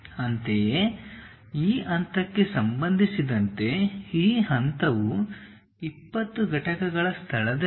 ಅಂತೆಯೇ ಆ ಹಂತಕ್ಕೆ ಸಂಬಂಧಿಸಿದಂತೆ ಈ ಹಂತವು 20 ಘಟಕಗಳ ಸ್ಥಳದಲ್ಲಿದೆ